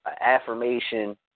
affirmation